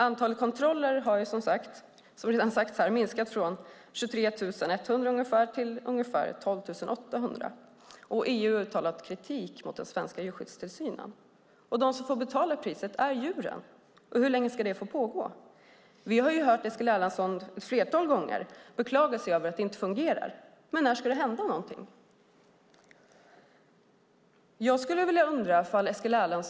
Antalet kontroller har, som redan har sagts, minskat från ungefär 23 100 till ungefär 12 800, och EU har uttalat kritik mot den svenska djurskyddstillsynen. De som får betala priset är djuren. Hur länge ska det få pågå? Vi har ett flertal gånger hört Eskil Erlandsson beklaga sig över att det inte fungerar. Men när ska det hända något?